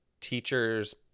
teachers